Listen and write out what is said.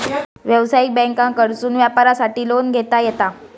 व्यवसायिक बँकांकडसून व्यापारासाठी लोन घेता येता